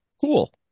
cool